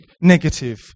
negative